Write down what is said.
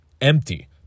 empty